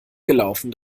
gelaufen